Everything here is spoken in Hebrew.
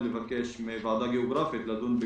לבקש מוועדה גיאוגרפית לדון.